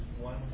one